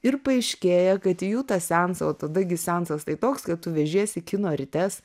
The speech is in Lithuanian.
ir paaiškėja kad į jų tą seansą o tada gi seansas tai toks kad tu vežiesi kino rites